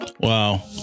Wow